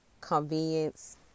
convenience